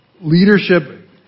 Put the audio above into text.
leadership